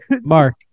Mark